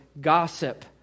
gossip